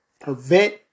prevent